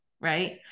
right